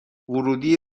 ورودی